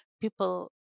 people